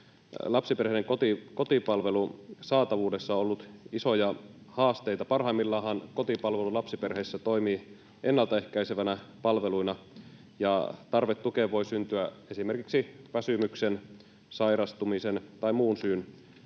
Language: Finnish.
lapsiperheiden kotipalvelun saatavuudessa on ollut isoja haasteita. Parhaimmillaanhan kotipalvelu lapsiperheissä toimii ennaltaehkäisevänä palveluna, ja tarve tukeen voi syntyä esimerkiksi väsymyksen, sairastumisen tai muun syyn